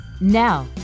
Now